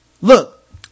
Look